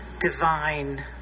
divine